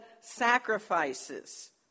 sacrifices